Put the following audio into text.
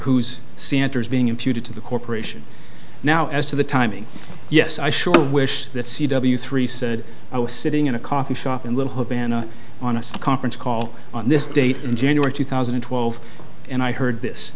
whose santer is being imputed to the corporation now as to the timing yes i sure wish that c w three said i was sitting in a coffee shop in little havana on a conference call on this date in january two thousand and twelve and i heard